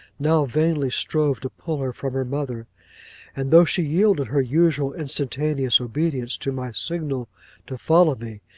now vainly strove to pull her from her mother and though she yielded her usual instantaneous obedience to my signal to follow me,